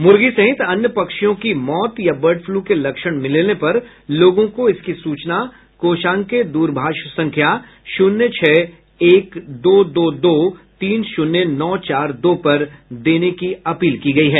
मुर्गी सहित अन्य पक्षियों की मौत या बर्ड फ्लू के लक्षण मिलने पर लोगों को इसकी सूचना कोषांग के दूरभाष संख्या शून्य छह एक दो दो दो दो तीन शून्य नौ चार दो पर देने की अपील की गई है